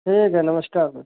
ठीक है नमस्कार सर